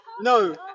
No